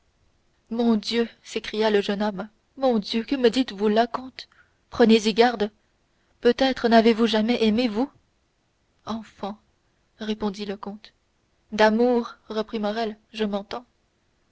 mon dieu s'écria le jeune homme mon dieu que me dites-vous là comte prenez-y garde peut-être n'avez-vous jamais aimé vous enfant répondit le comte d'amour reprit morrel je m'entends